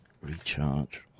recharge